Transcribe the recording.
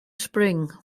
spring